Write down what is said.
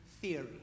Theory